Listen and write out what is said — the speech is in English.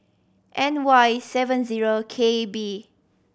N Y seven zero K B